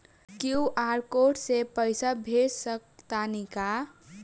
QR code से पईसा भेज सक तानी का?